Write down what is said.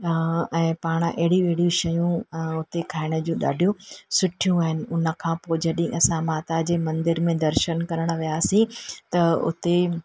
ऐं पाण अहिड़ियूं अहिड़ियूं शयूं उते खाइण जी ॾाढियूं सुठियूं आहिनि उनखां पोइ जॾहिं असां माता जे मंदर में दर्शन करणु वियासीं त उते